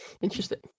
Interesting